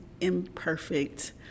imperfect